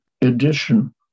edition